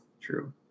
True